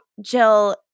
Jill